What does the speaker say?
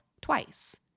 twice